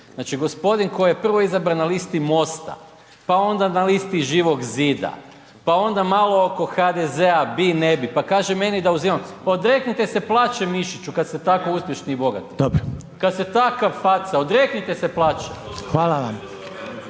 Znači, gospodin koji je prvo izabran na listi MOST-a, pa onda na listi Živog Zida, pa onda malo oko HDZ-a bi, ne bi, pa kaže meni da uzimam, pa odreknite se plaće Mišiću kad ste tako uspješni i bogati…/Upadica: Dobro/…kad ste takav faca, odreknite se plaće…/Upadica: